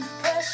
Pressure